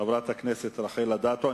חברת הכנסת רחל אדטו.